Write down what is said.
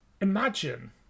imagine